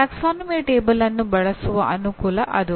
ಪ್ರವರ್ಗ ಕೋಷ್ಟಕವನ್ನು ಬಳಸುವ ಅನುಕೂಲ ಅದು